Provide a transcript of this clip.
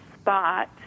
spot